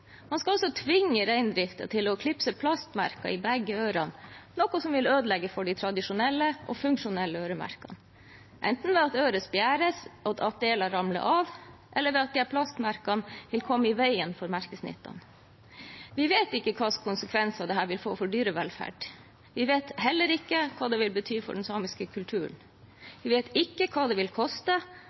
Man skal altså tvinge reindriftsnæringen til å klipse plastmerkene i begge ørene, noe som vil ødelegge for de tradisjonelle og funksjonelle øremerkene, enten ved at øret spjæres, at deler ramler av, eller at plastmerkene kommer i veien for merkesnittene. Vil vet ikke hvilke konsekvenser dette vil få for dyrevelferden. Vi vet heller ikke hva det vil bety for den samiske kulturen. Vi vet ikke hva det vil koste,